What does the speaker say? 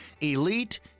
Elite